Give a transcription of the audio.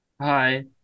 Hi